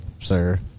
sir